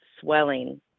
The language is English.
swelling